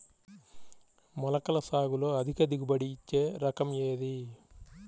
మొలకల సాగులో అధిక దిగుబడి ఇచ్చే రకం ఏది?